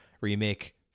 remake